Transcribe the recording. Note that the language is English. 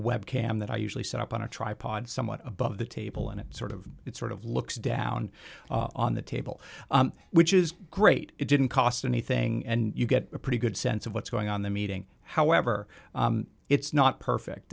webcam that i usually set up on a tripod somewhat above the table and it sort of it's sort of looks down on the table which is great it didn't cost anything and you get a pretty good sense of what's going on the meeting however it's not perfect